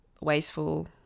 wasteful